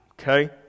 Okay